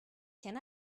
can